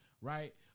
right